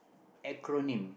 acronym